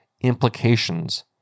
implications